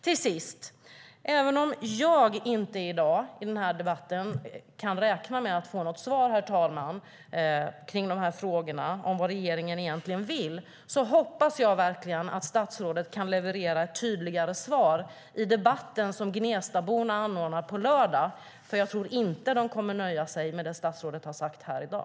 Till sist: Även om jag inte i dag, i den här debatten, kan räkna med att få något svar kring frågorna om vad regeringen egentligen vill, herr talman, hoppas jag verkligen att statsrådet kan leverera ett tydligare svar i den debatt Gnestaborna anordnar på lördag. Jag tror nämligen inte att de kommer att nöja sig med det statsrådet har sagt här i dag.